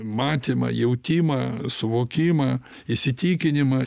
matymą jautimą suvokimą įsitikinimą